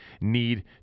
Need